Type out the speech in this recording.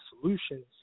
solutions